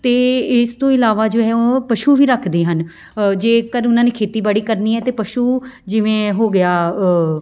ਅਤੇ ਇਸ ਤੋਂ ਇਲਾਵਾ ਜੋ ਹੈ ਉਹ ਪਸ਼ੂ ਵੀ ਰੱਖਦੇ ਹਨ ਜੇਕਰ ਉਹਨਾਂ ਨੇ ਖੇਤੀਬਾੜੀ ਕਰਨੀ ਹੈ ਤਾਂ ਪਸ਼ੂ ਜਿਵੇਂ ਹੋ ਗਿਆ